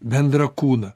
bendrą kūną